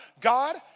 God